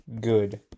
good